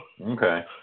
Okay